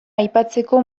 aipatzeko